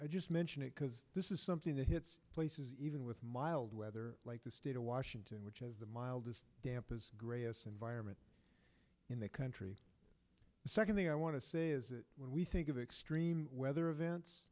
just mention it because this is something that hits places even with mild weather like the state of washington which has the mildest tampa's gray s environment in the country the second thing i want to say is that when we think of extreme weather events